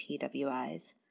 PWIs